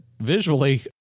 Visually